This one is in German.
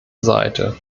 seite